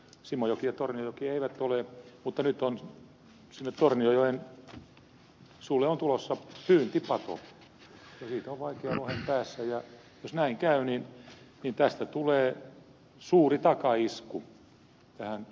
simojoki ja tornionjoki eivät ole mutta nyt on sinne tornionjoen suulle tulossa pyyntipato ja siitä on vaikea lohen päästä ja jos näin käy niin tästä tulee suuri takaisku tälle lohen pelastamiselle